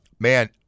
Man